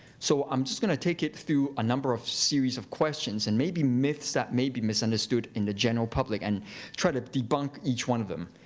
so i'm just gonna take you through a number of series of questions, and maybe myths that may be misunderstood in the general public, and try to debunk each one of them.